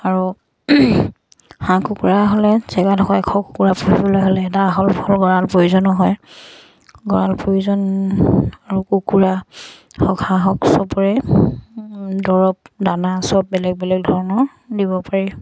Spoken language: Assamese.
আৰু হাঁহ কুকুৰা হ'লে জেগাডখৰ এশ কুকুৰা পুহিবলৈ হ'লে এটা আহল বহল গঁৰাল প্ৰয়োজনো হয় গঁৰাল প্ৰয়োজন আৰু কুকুৰা হওক হাঁহ হওক চবৰে দৰৱ দানা চব বেলেগ বেলেগ ধৰণৰ দিব পাৰি